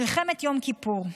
מלחמת יום כיפור.